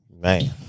Man